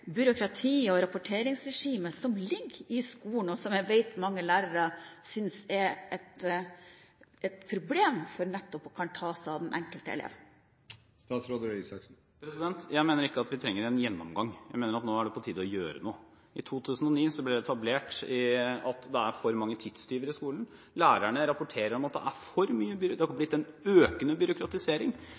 og rapporteringsregimet som ligger i skolen, og som jeg vet at mange lærere synes er et problem for nettopp å kunne ta seg av den enkelte elev? Jeg mener ikke at vi trenger en gjennomgang. Nå er det på tide å gjøre noe. I 2009 ble det etablert at det er for mange tidstyver i skolen. Lærerne rapporterer om at det har blitt en økende byråkratisering. Det har blitt